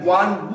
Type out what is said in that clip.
one